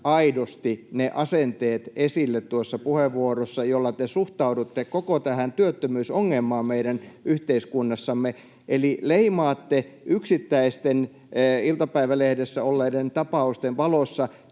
aidosti ne asenteet, [Ilmari Nurminen: Kyllä!] joilla te suhtaudutte koko tähän työttömyysongelmaan meidän yhteiskunnassamme. Eli leimaatte yksittäisten iltapäivälehdessä olleiden tapausten valossa